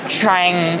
trying